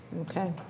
Okay